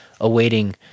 awaiting